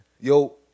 yo